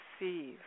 receive